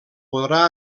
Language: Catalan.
podrà